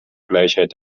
gleichheit